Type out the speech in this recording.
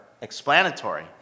explanatory